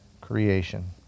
creation